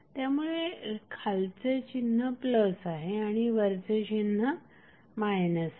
त्यामुळे खालचे चिन्ह प्लस आहे आणि वरचे चिन्ह मायनस आहे